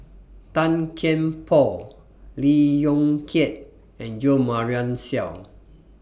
Tan Kian Por Lee Yong Kiat and Jo Marion Seow